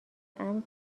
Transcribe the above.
امن